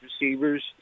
receivers